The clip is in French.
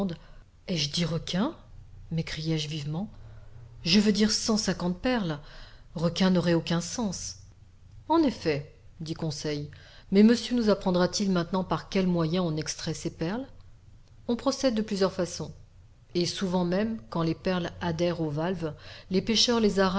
ai-je dit requins m'écriai-je vivement je veux dire cent cinquante perles requins n'aurait aucun sens en effet dit conseil mais monsieur nous apprendra t il maintenant par quels moyens on extrait ces perles on procède de plusieurs façons et souvent même quand les perles adhèrent aux valves les pêcheurs les